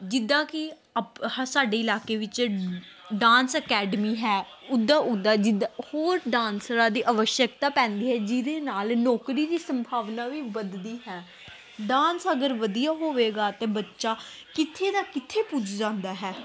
ਜਿੱਦਾਂ ਕਿ ਅਪ ਸਾਡੇ ਇਲਾਕੇ ਵਿੱਚ ਡਾਂਸ ਅਕੈਡਮੀ ਹੈ ਉੱਦਾਂ ਉੱਦਾਂ ਜਿੱਦਾਂ ਹੋਰ ਡਾਂਸਰਾਂ ਦੀ ਅਵਸ਼ਕਤਾ ਪੈਂਦੀ ਹੈ ਜਿਹਦੇ ਨਾਲ ਨੌਕਰੀ ਦੀ ਸੰਭਾਵਨਾ ਵੀ ਵੱਧਦੀ ਹੈ ਡਾਂਸ ਅਗਰ ਵਧੀਆ ਹੋਵੇਗਾ ਤਾਂ ਬੱਚਾ ਕਿੱਥੇ ਦਾ ਕਿੱਥੇ ਪੁੱਜ ਜਾਂਦਾ ਹੈ